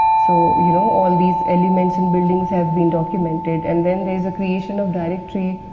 so, you know, all these elements and buildings have been documented and then there is a creation of directory,